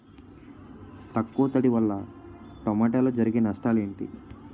తక్కువ తడి వల్ల టమోటాలో జరిగే నష్టాలేంటి?